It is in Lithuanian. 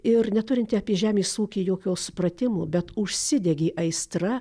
ir neturinti apie žemės ūkį jokio supratimo bet užsidegė aistra